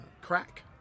crack